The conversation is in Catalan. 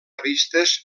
revistes